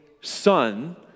son